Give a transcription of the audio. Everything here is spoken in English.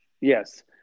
Yes